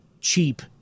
cheap